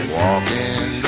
walking